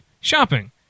shopping